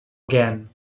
again